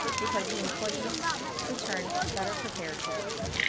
because the employees return better prepared to work.